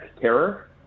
terror